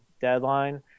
deadline